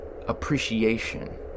appreciation